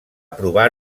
provar